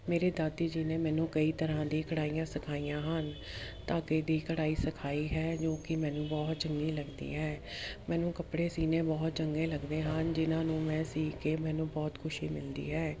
ਮੇਰੇ ਦਾਦੀ ਜੀ ਨੇ ਮੈਨੂੰ ਕਈ ਤਰ੍ਹਾਂ ਦੀ ਕਢਾਈਆਂ ਸਿਖਾਈਆਂ ਹਨ ਧਾਗੇ ਦੀ ਕਢਾਈ ਸਿਖਾਈ ਹੈ ਜੋ ਕਿ ਮੈਨੂੰ ਬਹੁਤ ਚੰਗੀ ਲੱਗਦੀ ਹੈ ਮੈਨੂੰ ਕੱਪੜੇ ਸੀਣੇ ਬਹੁਤ ਚੰਗੇ ਲੱਗਦੇ ਹਨ ਜਿਹਨਾਂ ਨੂੰ ਮੈਂ ਸੀਅ ਕੇ ਮੈਨੂੰ ਬਹੁਤ ਖੁਸ਼ੀ ਮਿਲਦੀ ਹੈ